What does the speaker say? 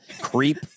creep